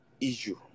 issue